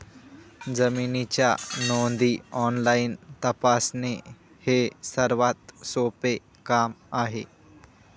जमिनीच्या नोंदी ऑनलाईन तपासणे हे सर्वात सोपे काम आहे